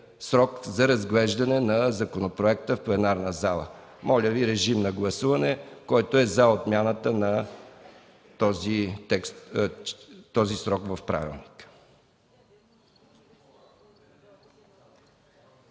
за разглеждане на законопроекта в пленарната зала. Моля, режим на гласуване – който е за отмяната на този срок по правилника.